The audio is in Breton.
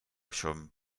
chom